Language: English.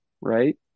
right